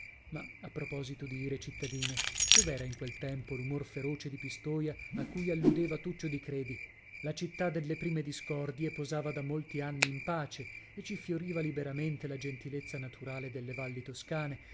ma a proposito di ire cittadine dov'era in quel tempo l'umor feroce di pistoia a cui alludeva tuccio di credi la città delle prime discordie posava da molti anni in pace e ci fioriva liberamente la gentilezza naturale delle valli toscane